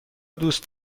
دوست